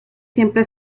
siempre